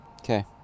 okay